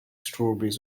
strawberries